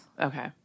Okay